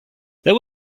there